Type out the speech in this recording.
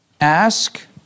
Ask